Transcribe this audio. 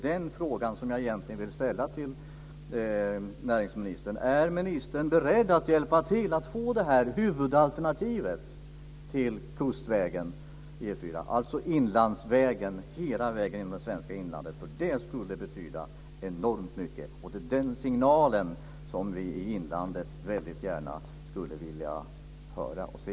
Den fråga som jag vill ställa till näringsministern är: Är ministern beredd att hjälpa till att få huvudalternativet till kustvägen E 4, dvs. Inlandsvägen hela vägen genom det svenska inlandet? Det skulle betyda enormt mycket. Det är den signalen som vi i inlandet väldigt gärna skulle vilja höra och se.